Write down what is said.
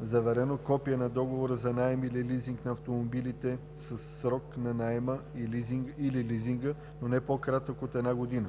заверено копие на договор за наем или лизинг на автомобилите със срок на наема или лизинга, не по-кратък от една година,